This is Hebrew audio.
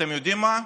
אתם יודעים מה?